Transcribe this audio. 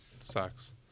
sucks